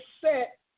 set